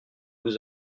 vous